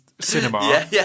cinema